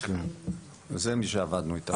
זה מי שעבדנו איתם.